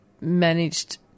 managed